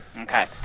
Okay